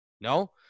No